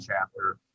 chapter